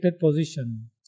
position